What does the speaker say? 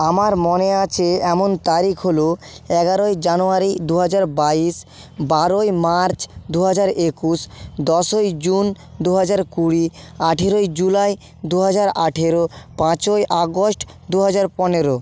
আমার মনে আছে এমন তারিখ হলো এগারোই জানুয়ারি দু হাজার বাইশ বারোই মার্চ দু হাজার একুশ দশই জুন দু হাজার কুড়ি আঠেরোই জুলাই দু হাজার আঠেরো পাঁচই আগস্ট দু হাজার পনেরো